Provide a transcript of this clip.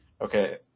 Okay